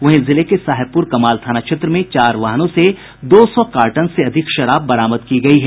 वहीं जिले के साहेबपुर कमाल थाना क्षेत्र में चार वाहनों से दो सौ कार्टन से अधिक शराब बरामद की गयी है